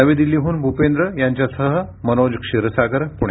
नवी दिल्लीहून भूपेंद्र यांच्यासह मनोज क्षीरसागर पूणे